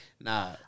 Nah